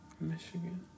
Michigan